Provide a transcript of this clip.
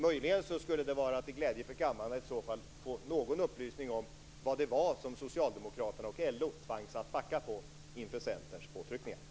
Möjligen skulle det vara till glädje för kammaren att i så fall få någon upplysning om vad det var som Socialdemokraterna och LO tvangs att backa på inför Centerns påtryckningar.